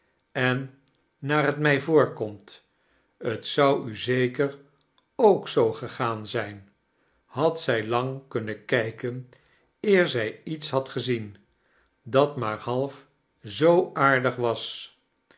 en naar het mij voorkomt t zou u zeker ook zoo gegaan zijn had zij lang kunnen kijken eer zij iets had gezien dat maar half zoo aardig was